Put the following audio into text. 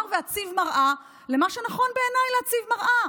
ואציב מראה למה שנכון בעיניי להציב מראה.